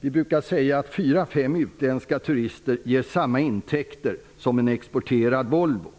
Man brukar säga att fyra till fem utländska turister ger samma intäkt som en exporterad Volvo.